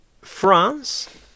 France